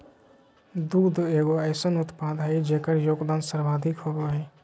दुग्ध एगो अइसन उत्पाद हइ जेकर योगदान सर्वाधिक होबो हइ